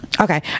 okay